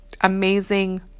amazing